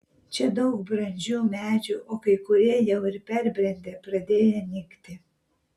čia daug brandžių medžių o kai kurie jau ir perbrendę pradėję nykti